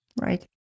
right